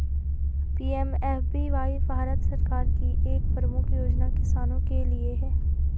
PMFBY Bharat सरकार की एक प्रमुख योजना किसानों के लिए है